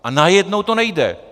A najednou to nejde!